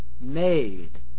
made